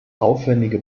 aufwändige